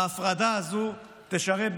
ההפרדה הזו תשרת,